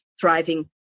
thriving